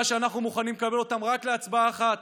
שאנחנו מוכנים לקבל אותם רק להצבעה אחת.